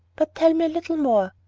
but tell me a little more.